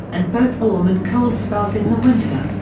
and both warm and cold spells in the winter.